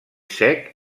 cec